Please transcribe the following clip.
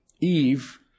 Eve